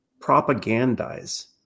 propagandize